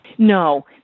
No